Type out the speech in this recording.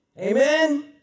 Amen